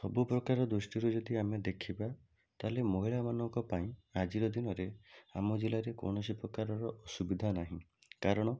ସବୁପ୍ରକାର ଦୃଷ୍ଟିରୁ ଯଦି ଆମେ ଦେଖିବା ତାହେଲେ ମହିଳାମାନଙ୍କ ପାଇଁ ଆଜିର ଦିନରେ ଆମ ଜିଲ୍ଲାରେ କୌଣସି ପ୍ରକାରର ଅସୁବିଧା ନାହିଁ କାରଣ